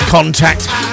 Contact